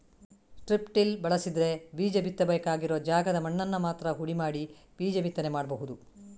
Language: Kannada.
ಸ್ಟ್ರಿಪ್ ಟಿಲ್ ಬಳಸಿದ್ರೆ ಬೀಜ ಬಿತ್ತಬೇಕಾಗಿರುವ ಜಾಗದ ಮಣ್ಣನ್ನ ಮಾತ್ರ ಹುಡಿ ಮಾಡಿ ಬೀಜ ಬಿತ್ತನೆ ಮಾಡ್ಬಹುದು